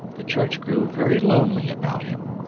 the church grew very lonely about him,